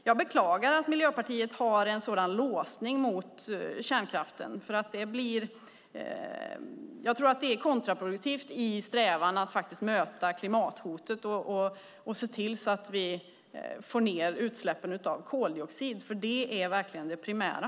Jag beklagar att Miljöpartiet har en sådan låsning i fråga om kärnkraften. Jag tror att det är kontraproduktivt när det gäller att möta klimathotet och se till att vi får ned utsläppen av koldioxid. Det är det primära.